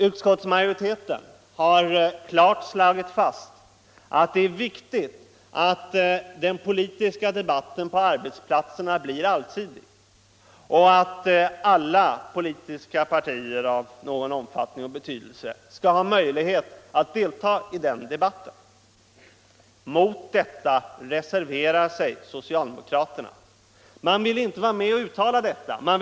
Utskottsmajoriteten har slagit fast att det är viktigt att den politiska debatten på arbetsplatserna blir allsidig och att alla politiska partier av någon omfattning och betydelse skall ha möjlighet att delta i den debatten. Mot detta har socialdemokraterna emellertid reserverat sig. De vill inte vara med om ett sådant uttalande.